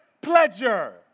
pleasure